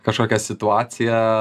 kažkokią situaciją